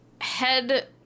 head